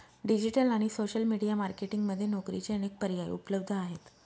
digital आणि social media marketing मध्ये नोकरीचे अनेक पर्याय उपलब्ध आहेत